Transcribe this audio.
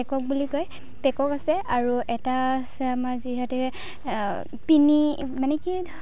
পেকক বুলি কয় পেকক আছে আৰু এটা আছে আমাৰ যিহেতুকে পিনি মানে কি